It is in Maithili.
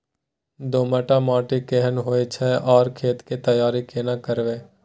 दोमट माटी केहन होय छै आर खेत के तैयारी केना करबै?